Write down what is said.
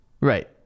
Right